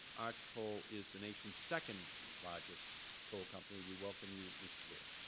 arch coal is the nation's second largest coal company. we welcome you, mr. leer.